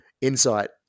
insight